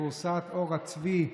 לכורסת עור הצבי.